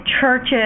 churches